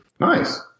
Nice